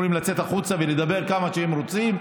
יכולים לצאת החוצה ולדבר כמה שהם רוצים.